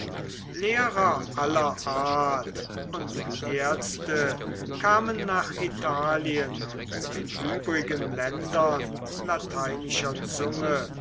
lehrer aller art und ärzte kamen nach italien und den übrigen ländern lateinischer zunge